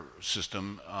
system